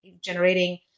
generating